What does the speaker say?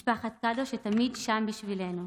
משפחת קדוש, שתמיד שם בשבילנו.